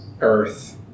Earth